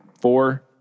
Four